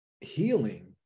healing